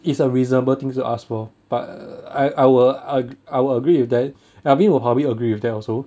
is a reasonable thing to ask for but err I I will ag~ I will agree with that alvin will probably agree with that also